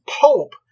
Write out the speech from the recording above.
Pope